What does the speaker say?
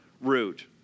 route